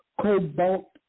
cobalt